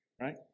right